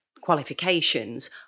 qualifications